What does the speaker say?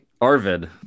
Arvid